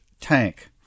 tank